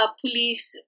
police